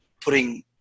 putting